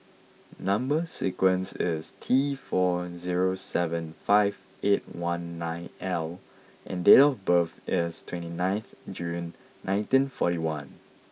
number sequence is T four zero seven five eight one nine L and date of birth is twenty nine June nineteen forty one